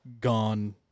gone